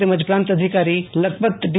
તેમજ પ્રાંત અધિકારી લખપત ટી